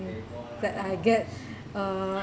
that I get uh